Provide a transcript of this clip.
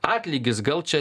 atlygis gal čia